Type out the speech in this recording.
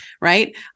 Right